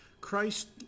Christ